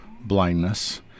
blindness